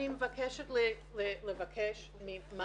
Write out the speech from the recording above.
אני מבקשת לאפשר למד"א.